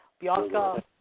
Bianca